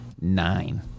nine